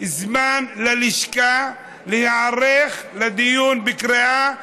זמן ללשכה להיערך לדיון בקריאה ראשונה,